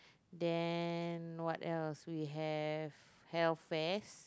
then what else we have Hell-Fest